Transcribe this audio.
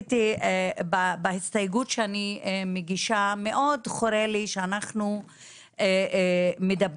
בהסתייגות שאני מגישה מאוד חורה לי שאנחנו מדברים